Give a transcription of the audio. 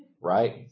Right